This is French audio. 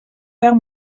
père